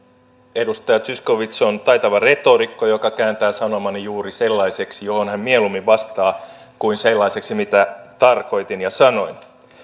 edustaja zyskowicz on taitava retorikko joka kääntää sanomani juuri sellaiseksi johon hän mieluummin vastaa siitä mitä tarkoitin ja sanoin